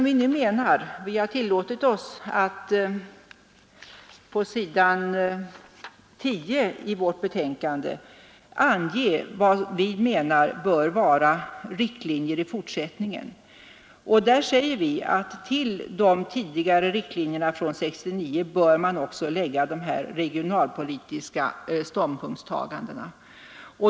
Vi har tillåtit oss att på s. 10 i vårt betänkande ange vad vi menar bör vara riktlinjer i fortsättningen. Till de tidigare riktlinjerna från 1969 bör man också lägga de regionalpolitiska stånd punktstagandena.